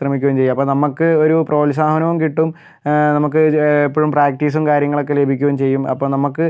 ശ്രമിക്കുകയും ചെയ്യും അപ്പം നമുക്ക് ഒരു പ്രോത്സാഹനവും കിട്ടും നമുക്ക് എപ്പോഴും പ്രാക്ടീസും കാര്യങ്ങളുമൊക്കെ ലഭിക്കുകയും ചെയ്യും അപ്പം നമുക്ക്